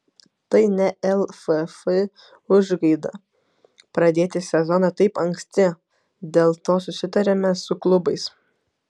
tai ne lff užgaida pradėti sezoną taip anksti dėl to susitarėme su klubais